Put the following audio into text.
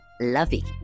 lovey